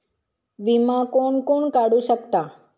विमा कोण कोण काढू शकता?